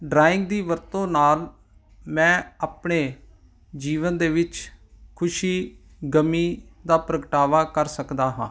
drawing ਦੀ ਵਰਤੋਂ ਨਾਲ ਮੈਂ ਆਪਣੇ ਜੀਵਨ ਦੇ ਵਿੱਚ ਖੁਸ਼ੀ ਗਮੀ ਦਾ ਪ੍ਰਗਟਾਵਾ ਕਰ ਸਕਦਾ ਹਾਂ